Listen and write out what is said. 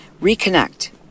reconnect